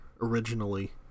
originally